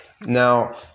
Now